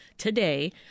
Today